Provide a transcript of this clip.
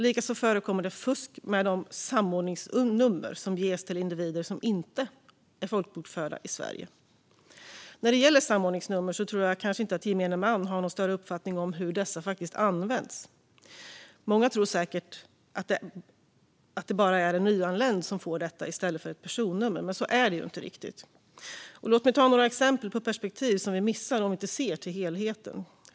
Likaså förekommer fusk med de samordningsnummer som ges till individer som inte är folkbokförda i Sverige. När det gäller samordningsnummer tror jag kanske inte att gemene man har någon större uppfattning om hur dessa faktiskt används. Många tror säkert att det bara är en nyanländ som får detta i stället för ett personnummer, men så är det inte riktigt. Låt mig ta några exempel på perspektiv som vi missar om vi inte ser till helheten.